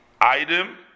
item